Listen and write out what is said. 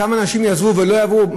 כמה אנשים יעזבו ולא יעברו,